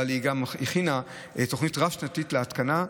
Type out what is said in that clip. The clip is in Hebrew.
אבל היא גם הכינה תוכנית רב-שנתית להתקנה,